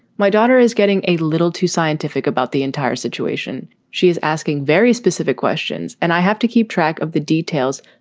my daughter is getting a little too scientific about the entire situation. she is asking very specific questions and i have to keep track of the details.